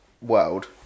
world